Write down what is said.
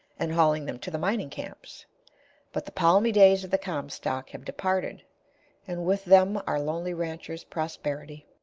and hauling them to the mining-camps but the palmy days of the comstock have departed and with them our lonely rancher's prosperity.